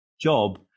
job